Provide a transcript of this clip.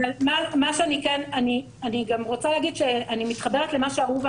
אני גם רוצה להגיד שאני מתחברת למה שאהובה